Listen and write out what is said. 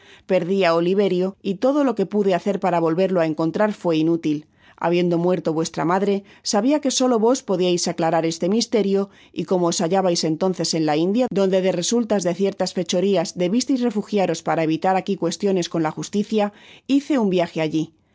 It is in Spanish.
á oliverio y todo lo que pude hacer para volverlo á encontrar fué inútil habiendo muerto vuestra madre sabia que solo vos podiais aclarar este misterio y como os hallabais entonces en la india donde de resultas de ciertas fechorias debisteis refugiaros para evitar aqui cuestiones con la justicia hice un viaje alli